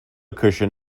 cushion